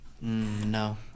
No